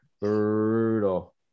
Brutal